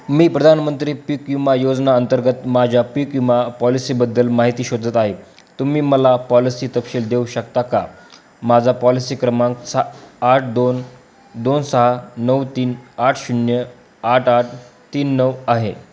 मी प्रधानमंत्री पीक विमा योजना अंतर्गत माझ्या पीक विमा पॉलिसीबद्दल माहिती शोधत आहे तुम्ही मला पॉलसी तपशील देऊ शकता का माझा पॉलिसी क्रमांक सा आठ दोन दोन सहा नऊ तीन आठ शून्य आठ आठ तीन नऊ आहे